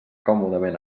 còmodament